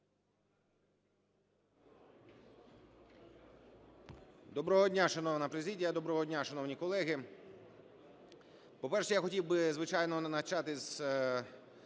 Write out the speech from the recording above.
Доброго дня, шановна президія, доброго дня, шановні колеги! По-перше, я хотів би, звичайно, почати з